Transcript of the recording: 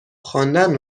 خواندن